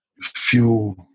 fuel